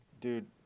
dude